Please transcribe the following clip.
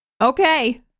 Okay